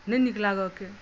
नहि नीक लागऽके